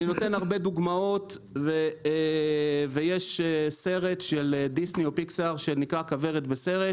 אני נותן הרבה דוגמאות ויש סרט של דיסני שנקרא כוורת בסרט,